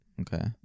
okay